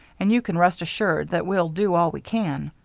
and you can rest assured that we'll do all we can.